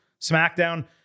SmackDown